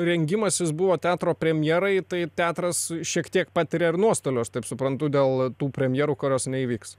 rengimasis buvo teatro premjerai tai teatras šiek tiek patiria ir nuostolių aš taip suprantu dėl tų premjerų kurios neįvyks